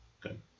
Good